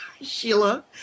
Sheila